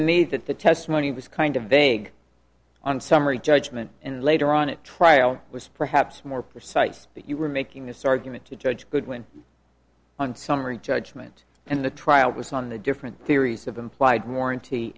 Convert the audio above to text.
me that the testimony was kind of vague on summary judgment and later on it trial was perhaps more precise you were making this argument to judge goodwin on summary judgment and the trial was on the different theories of implied warranty